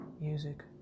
Music